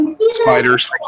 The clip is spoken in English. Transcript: Spiders